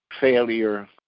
failure